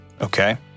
Okay